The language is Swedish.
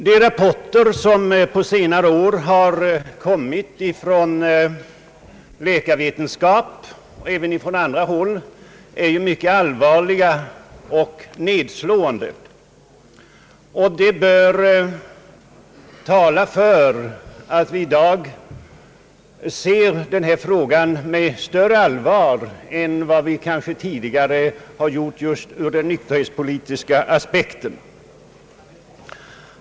De rapporter som på senare år har kommit från läkarvetenskapen och även från andra håll är mycket allvarliga och nedslående, och det talar för att vi i dag bör se den här frågan med större allvar än vad vi kanske gjort tidigare just ur den nykterhetspolitiska aspekten.